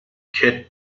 kit